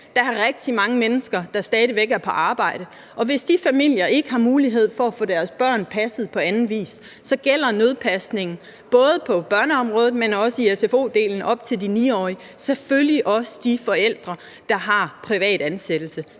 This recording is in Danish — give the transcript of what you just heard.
Der er rigtig mange mennesker, der stadig væk er på arbejde, og hvis de familier ikke har mulighed for at få deres børn passet på anden vis, gælder nødpasning både på børneområdet, men også i sfo-delen op til de 9-årige selvfølgelig også de forældre, der har privat ansættelse.